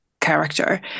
character